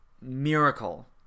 miracle